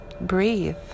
Breathe